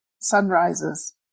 sunrises